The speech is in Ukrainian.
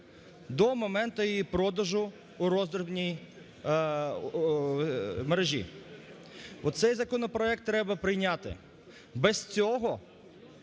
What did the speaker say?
до моменту і продажу у роздрібній мережі. От цей законопроект треба прийняти. Без цього